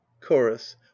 chorus